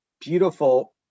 beautiful